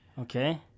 Okay